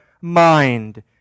mind